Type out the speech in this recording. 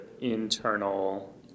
internal